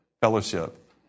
Fellowship